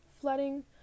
flooding